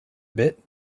bit